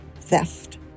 Theft